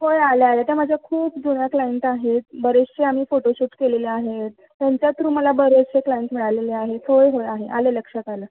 होय आल्या आल्या त्या माझ्या खूप जुन्या क्लाइंट आहेत बरेचसे आम्ही फोटोशूट केलेले आहेत त्यांच्या थ्रू मला बरेचसे क्लाईंट मिळालेले आहेत होय हय आहे आलं लक्षात आलं